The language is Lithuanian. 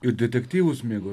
ir detektyvus mėgo